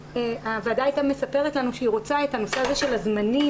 אם הוועדה הייתה אומרת לנו שהיא רוצה את הנושא הזה של הזמנים,